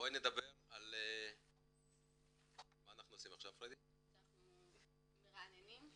עכשיו אנחנו נרענן,